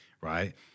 right